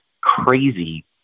crazy